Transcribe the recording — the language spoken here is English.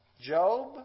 Job